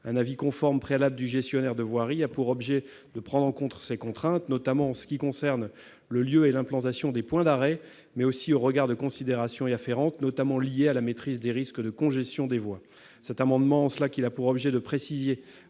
Un avis conforme préalable du gestionnaire de voirie a pour objet de prendre en compte ces contraintes, notamment en ce qui concerne le lieu et l'implantation des points d'arrêt, mais aussi au regard de considérations y afférentes, notamment liées à la maîtrise des risques de congestion des voies. Cet amendement, en ce qu'il a pour objet de préciser